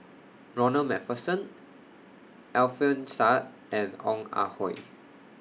Ronald MacPherson Alfian Sa'at and Ong Ah Hoi